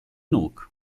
nóg